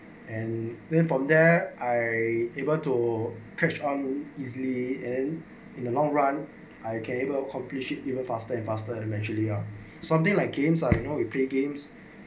and where from there I able to catch on easily and in the long run I cable accomplish it even faster and faster eventually ah something like games ah no you play games